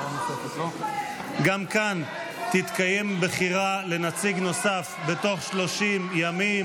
גם כאן תתקיים בחירה לנציג נוסף תוך 30 ימים.